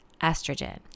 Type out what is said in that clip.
estrogen